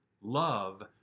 Love